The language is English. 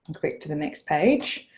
click to the next page.